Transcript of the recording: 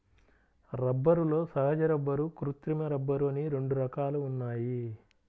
రబ్బరులో సహజ రబ్బరు, కృత్రిమ రబ్బరు అని రెండు రకాలు ఉన్నాయి